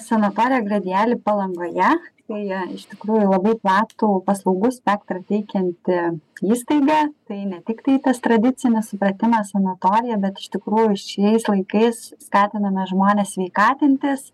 sanatorija gradiali palangoje tai iš tikrųjų labai platų paslaugų spektrą teikianti įstaiga tai ne tiktai tas tradicinis supratimas sanatorija bet iš tikrųjų šiais laikais skatiname žmones sveikatintis